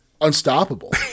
unstoppable